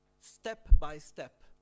step-by-step